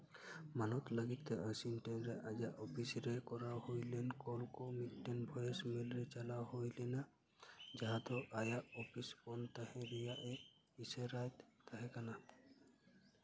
ᱢᱟᱱᱚᱛ ᱞᱟᱹᱜᱤᱫ ᱛᱮ ᱚᱣᱟᱥᱤᱝᱴᱚᱱ ᱨᱮ ᱟᱡᱟᱜ ᱚᱯᱷᱤᱥ ᱨᱮ ᱠᱚᱨᱟᱣ ᱦᱩᱭᱞᱮᱱ ᱠᱚᱞ ᱠᱚ ᱢᱤᱫᱴᱮᱱ ᱵᱷᱚᱭᱮᱥ ᱢᱮᱹᱞ ᱨᱮ ᱪᱟᱞᱟᱣ ᱦᱩᱭ ᱞᱮᱱᱟ ᱡᱟᱦᱟᱸ ᱫᱚ ᱟᱭᱟᱜ ᱚᱯᱷᱤᱥ ᱵᱚᱱᱫᱷ ᱛᱟᱦᱮᱱ ᱨᱮᱭᱟᱜᱼᱮ ᱤᱥᱟᱹᱨᱟᱭᱮᱫ ᱛᱟᱦᱮᱸ ᱠᱟᱱᱟ